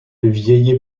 vieille